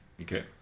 Okay